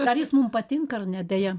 ar jis mum patinka ar ne deja